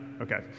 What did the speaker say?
Okay